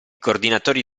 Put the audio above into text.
coordinatori